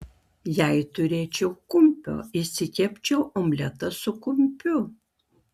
jei turėčiau kumpio išsikepčiau omletą su kumpiu